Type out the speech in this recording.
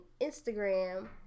instagram